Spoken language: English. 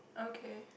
okay